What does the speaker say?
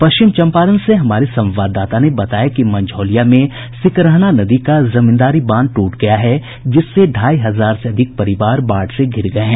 पश्चिम चम्पारण से हमारे संवाददाता ने बताया कि मंझौलिया में सिकरहना नदी का जमींदारी बांध ट्रट गया है जिससे ढाई हजार से अधिक परिवार बाढ़ से घिर गये हैं